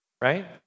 right